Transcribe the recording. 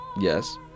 Yes